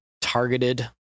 targeted